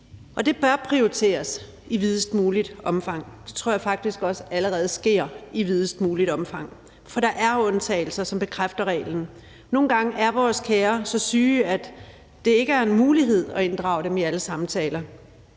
og det bør prioriteres i videst muligt omfang. Det tror jeg faktisk også allerede sker i videst muligt omfang, for der er undtagelser, som bekræfter reglen. Nogle gange er vores kære så syge, at det ikke er en mulighed at inddrage dem i alle samtaler.